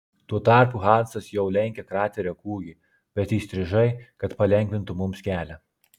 tuo tarpu hansas jau lenkė kraterio kūgį bet įstrižai kad palengvintų mums kelią